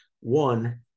one